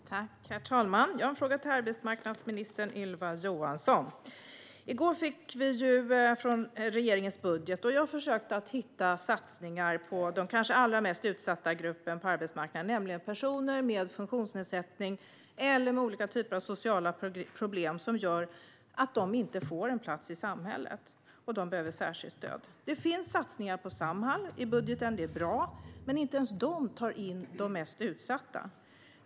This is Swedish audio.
Herr talman! Jag har en fråga till arbetsmarknadsminister Ylva Johansson. I går fick vi ta del av regeringens budget. Jag försökte att hitta satsningar på den kanske allra mest utsatta gruppen på arbetsmarknaden, nämligen personer med funktionsnedsättning eller med olika typer av sociala problem som gör att de inte får en plats i samhället. De behöver särskilt stöd. I budgeten finns satsningar på Samhall, vilket är bra, men inte ens de tar in de mest utsatta.